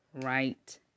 right